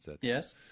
Yes